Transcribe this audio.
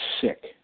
sick